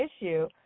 issue